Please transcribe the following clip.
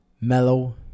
mellow